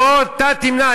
בוא אתה תמנע,